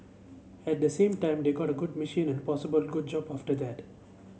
at the same time they got a good machine and possibly a good job after that